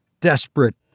desperate